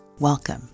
Welcome